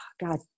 God